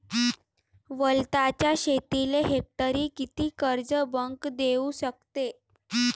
वलताच्या शेतीले हेक्टरी किती कर्ज बँक देऊ शकते?